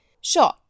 Sure